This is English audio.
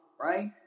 right